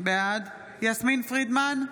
בעד יסמין פרידמן,